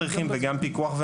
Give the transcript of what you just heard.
מדריכים והפיקוח.